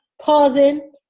pausing